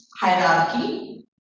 Hierarchy